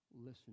Listen